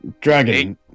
Dragon